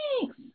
Thanks